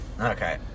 Okay